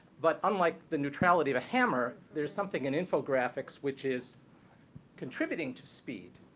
but unlike the neutrality of a hammer, there's something in infographics which is contributing to speed,